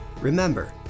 Remember